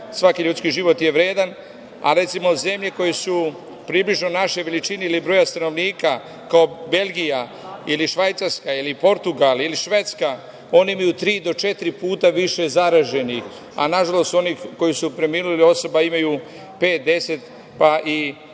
svaki ljudski život je vredan. Ali, recimo, zemlje koje su približno našoj veličini ili broja stanovnika, kao Belgija ili Švajcarska ili Portugal ili Švedska, oni imaju tri do četiri puta više zaraženih, a nažalost, preminulih osoba imaju 5, 10, pa i